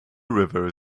river